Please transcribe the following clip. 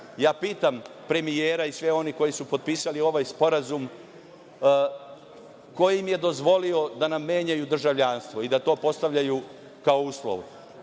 pitam premijera i sve one koji su potpisali ovaj sporazum – ko im je dozvolio da nam menjaju državljanstvo i da to postavljaju kao